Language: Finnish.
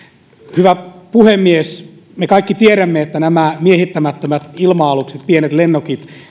hyvä puhemies me kaikki tiedämme että nämä miehittämättömät ilma alukset pienet lennokit